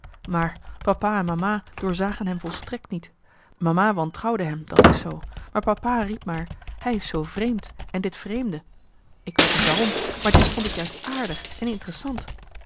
maar papa en mama doorzagen hem volstrekt niet mama wantrouwde hem dat is zoo maar papa riep maar hij is zoo vreemd en dit vreemde ik weet niet waarom maar dit vond ik juist aardig en interessant